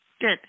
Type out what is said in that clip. Good